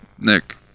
Nick